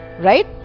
Right